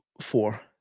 four